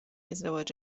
ازدواج